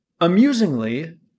Amusingly